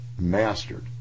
mastered